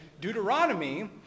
Deuteronomy